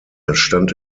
entstand